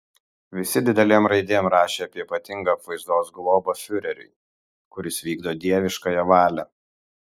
visi didelėm raidėm rašė apie ypatingą apvaizdos globą fiureriui kuris vykdo dieviškąją valią